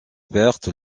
pertes